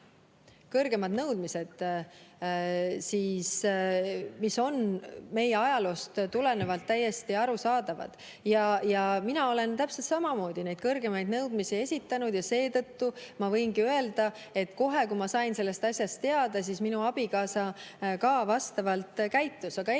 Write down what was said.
kõrgemad nõudmised, mis on meie ajaloost tulenevalt täiesti arusaadav, ja mina olen täpselt samamoodi neid kõrgemaid nõudmisi esitanud. Seetõttu ma võingi öelda, et kohe, kui ma sain sellest asjast teada, siis minu abikaasa ka vastavalt käitus.